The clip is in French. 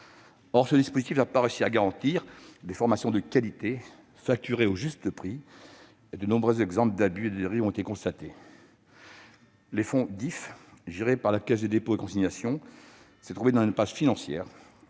Or ce dispositif n'a pas réussi à garantir des formations de qualité facturées au juste prix ; de nombreux exemples d'abus et de dérives ont été constatés. Le fonds DIFE géré par la Caisse des dépôts et consignations, la CDC, s'est trouvé dans une impasse financière